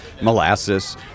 molasses